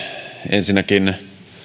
ensinnäkin